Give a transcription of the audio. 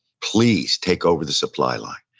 please take over the supply line,